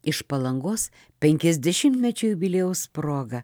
iš palangos penkiasdešimtmečio jubiliejaus proga